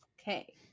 Okay